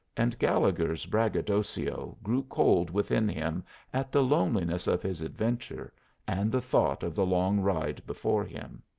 and gallegher's braggadocio grew cold within him at the loneliness of his adventure and the thought of the long ride before him.